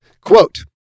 Quote